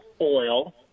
oil